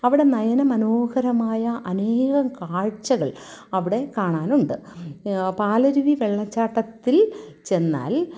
അവിടെ നയനമനോഹരമായ അനേകം കാഴ്ചകൾ അവിടെ കാണാനുണ്ട് പാലരുവി വെള്ളച്ചാട്ടത്തിൽ ചെന്നാൽ